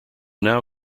now